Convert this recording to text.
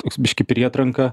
toks biškį prietranka